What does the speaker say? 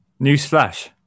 Newsflash